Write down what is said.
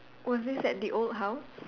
was this at the old house